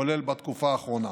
כולל בתקופה האחרונה.